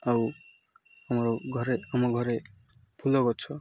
ଆଉ ଆମର ଘରେ ଆମ ଘରେ ଫୁଲ ଗଛ